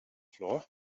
floor